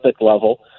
level